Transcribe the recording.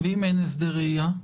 ואם אין הסדרי ראייה?